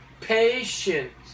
patience